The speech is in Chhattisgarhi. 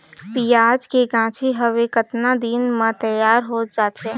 पियाज के गाछी हवे कतना दिन म तैयार हों जा थे?